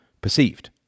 perceived